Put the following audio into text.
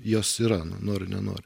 jos yra nu nori nenori